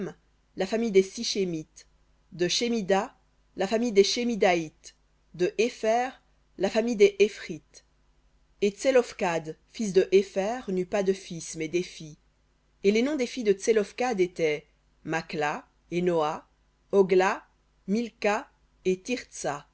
la famille des sichémites shemida la famille des shemidaïtes hépher la famille des hébrites et tselophkhad fils de hépher n'eut pas de fils mais des filles et les noms des filles de tselophkhad étaient makhla et noa hogla milca et